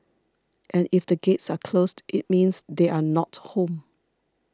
and if the gates are closed it means they are not home